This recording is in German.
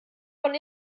von